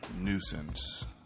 nuisance